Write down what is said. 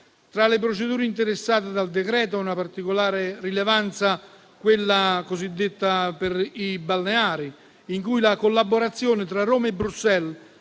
Tra le procedure interessate dal decreto ha una particolare rilevanza quella cosiddetta per i balneari, in cui la collaborazione tra Roma e Bruxelles